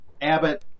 Abbott